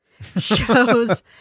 shows